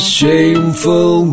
shameful